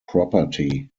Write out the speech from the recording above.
property